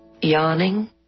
yawning